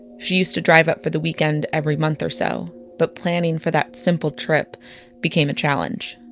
she used to drive up for the weekend every month or so, but planning for that simple trip became a challenge